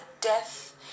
death